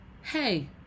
Hey